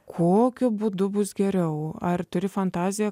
kokiu būdu bus geriau ar turi fantaziją